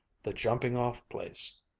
the jumping-off place.